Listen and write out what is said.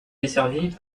desservie